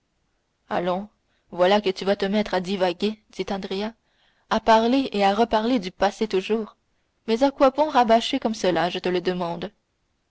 allons voilà que tu vas te remettre à divaguer dit andrea à parler et à reparler du passé toujours mais à quoi bon rabâcher comme cela je te le demande